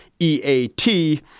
E-A-T